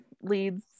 leads